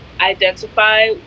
identify